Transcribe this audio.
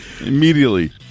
Immediately